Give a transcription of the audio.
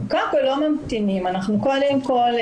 קודם כל לא ממתינים, אנחנו קודם כל,